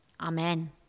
Amen